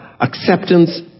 acceptance